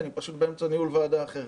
אני פשוט באמצע ניהול ועדה אחרת.